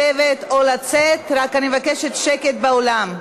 לשבת או לצאת, ואני מבקשת רק שקט באולם.